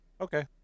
Okay